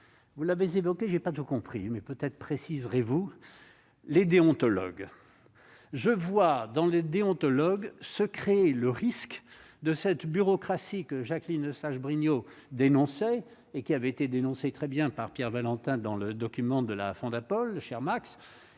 vous l'avez évoqué, j'ai pas tout compris, mais peut-être précise, vous les déontologues, je vois dans le déontologue se créer le risque de cette bureaucratie que Jacqueline Eustache-Brinio dénonçait et qui avait été dénoncée très bien par Pierre Valentin dans le document de la Fondapol cher Max,